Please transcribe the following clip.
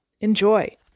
Enjoy